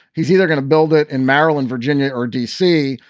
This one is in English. he's either gonna build it in maryland, virginia or d c.